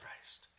Christ